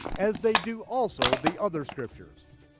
as they do also the other scriptures.